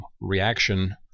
reaction